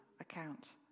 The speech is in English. account